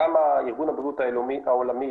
ארגון הבריאות העולמי,